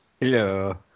Hello